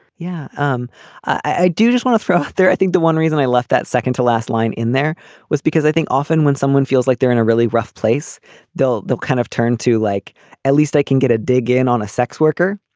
yeah um i do just want to throw out there. i think the one reason i left that second to last line in there was because i think often when someone feels like they're in a really rough place though they've kind of turned to like at least they can get a dig in on a sex worker